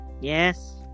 Yes